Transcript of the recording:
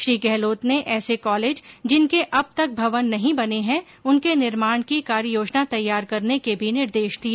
श्री गहलोत ने ऐसे कॉलेज जिनके अब तक भवन नहीं बने हैं उनके निर्माण की कार्य योजना तैयार करने के भी निर्देश दिए